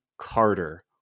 Carter